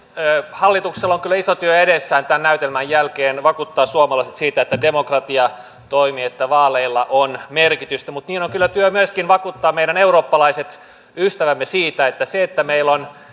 hallituksella on kyllä iso työ edessä tämän näytelmän jälkeen vakuuttaa suomalaiset siitä että demokratia toimii että vaaleilla on merkitystä mutta niin on kyllä iso työ vakuuttaa myöskin meidän eurooppalaiset ystävämme siitä että se että meillä on